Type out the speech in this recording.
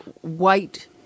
white